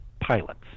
pilots